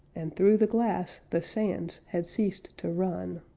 and through the glass the sands had ceased to run.